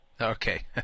Okay